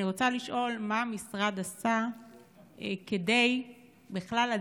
אני רוצה לשאול: מה המשרד עשה כדי לדעת